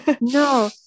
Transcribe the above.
no